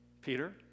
Peter